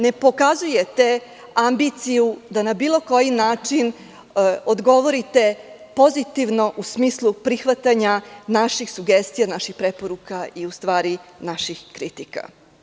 Ne pokazujete ambiciju da na bilo koji način odgovorite pozitivno, u smislu prihvatanja naših sugestija, naših preporuka i naših kritika.